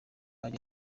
ageza